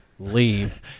Leave